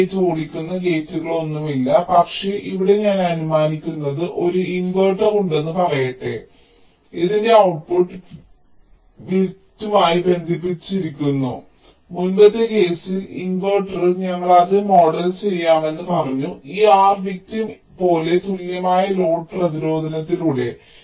അതിനാൽ ഈ ഗേറ്റ് ഓടിക്കുന്ന ഗേറ്റുകളൊന്നുമില്ല പക്ഷേ ഇവിടെ ഞാൻ അനുമാനിക്കുന്നത് ഒരു ഇൻവെർട്ടർ ഉണ്ടെന്ന് പറയട്ടെ ഇതിന്റെ ഔട്ട്പുട്ട് വിൿറ്റിമായി ബന്ധിപ്പിച്ചിരിക്കുന്നു മുമ്പത്തെ കേസിൽ ഇൻവെർട്ടർ ഞങ്ങൾ അത് മോഡൽ ചെയ്യാമെന്ന് പറഞ്ഞു ഈ R വിക്ടിം പ്പോലെ തുല്യമായ ലോഡ് പ്രതിരോധത്തിലൂടെ